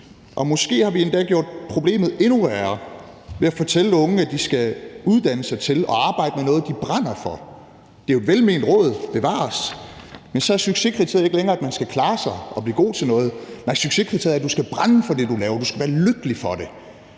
Og måske har vi endda gjort problemet endnu værre ved at fortælle unge, at de skal uddanne sig til og arbejde med noget, de brænder for. Det er jo et velment råd, bevares, men så er succeskriteriet ikke længere, at man skal klare sig og blive god til noget. Nej, succeskriteriet er, at du skal brænde for det, du laver, du skal være lykkelig for det,